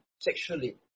sexually